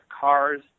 cars